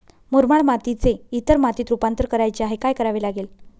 मुरमाड मातीचे इतर मातीत रुपांतर करायचे आहे, काय करावे लागेल?